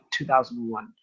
2001